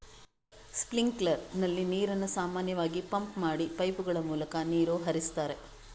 sprinkler ನಲ್ಲಿ ನೀರನ್ನು ಸಾಮಾನ್ಯವಾಗಿ ಪಂಪ್ ಮಾಡಿ ಪೈಪುಗಳ ಮೂಲಕ ನೀರು ಹರಿಸ್ತಾರೆ